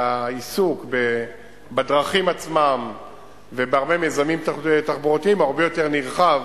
והעיסוק בדרכים עצמן ובהרבה מיזמים תחבורתיים הוא הרבה יותר נרחב